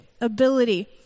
ability